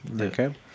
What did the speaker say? okay